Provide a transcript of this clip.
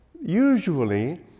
usually